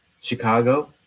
Chicago